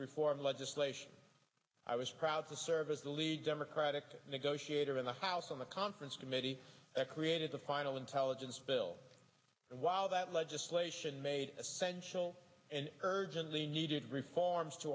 reform legislation i was proud to serve as the lead democratic negotiator in the house on the conference committee that created the final intelligence bill and while that legislation made essential and urgently needed reforms to